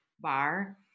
bar